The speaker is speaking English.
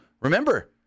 Remember